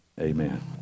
Amen